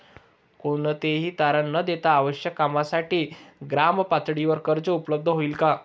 कोणतेही तारण न देता आवश्यक कामासाठी ग्रामपातळीवर कर्ज उपलब्ध होईल का?